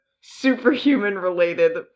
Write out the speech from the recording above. superhuman-related